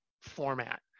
format